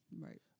Right